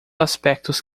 aspectos